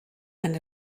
and